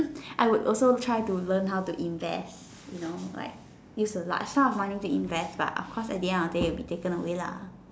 I would also try to learn how to invest you know like use a lot short of money to invest but of course at the end of the day will be taken away lah